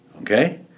okay